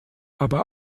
aber